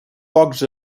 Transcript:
pocs